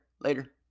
Later